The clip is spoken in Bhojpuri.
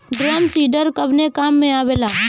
ड्रम सीडर कवने काम में आवेला?